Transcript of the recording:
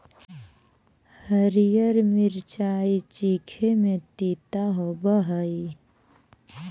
हरीअर मिचाई चीखे में तीता होब हई